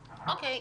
אוקיי.